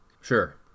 Sure